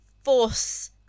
force